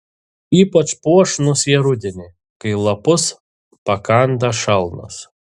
ypač puošnūs jie rudenį kai lapus pakanda šalnos